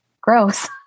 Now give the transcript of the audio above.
gross